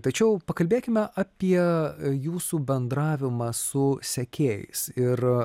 tačiau pakalbėkime apie jūsų bendravimą su sekėjais ir